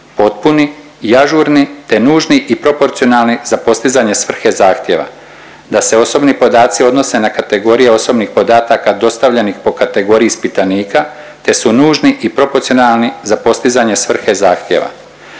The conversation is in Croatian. potpuni i ažurni, te nužni i proporcionalni za postizanje svrhe zahtjeva, da se osobni podaci odnose na kategorije osobnih podataka dostavljenih po kategoriji ispitanika, te su nužni i proporcionalni za postizanje svrhe zahtjeva